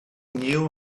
knew